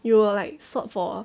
you will like sought for